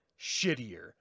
shittier